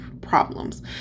problems